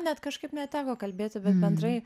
net kažkaip neteko kalbėti bet bendrai